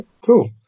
cool